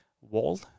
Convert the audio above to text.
wall